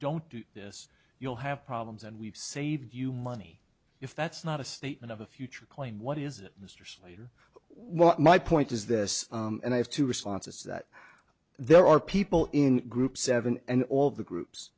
don't do this you'll have problems and we've saved you money if that's not a statement of a future claim what is it mr slater what my point is this and i have two responses that there are people in group seven and all the groups